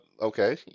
Okay